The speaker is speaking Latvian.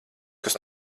kas